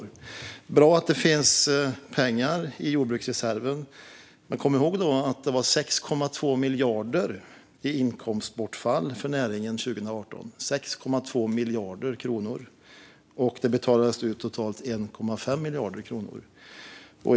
Det är bra att det finns pengar i jordbruksreserven. Men kom ihåg att inkomstbortfallet för näringen uppgick till 6,2 miljarder kronor 2018 och att det betalades ut totalt 1,5 miljarder kronor.